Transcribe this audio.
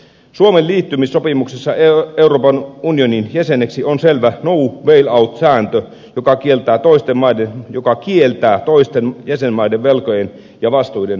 suomen liittymissopimuksessa euroopan unionin jäseneksi on selvä no bail out sääntö joka kieltää toisten jäsenmaiden velkojen ja vastuiden maksamisen